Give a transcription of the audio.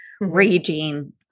raging